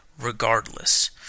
regardless